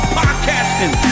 podcasting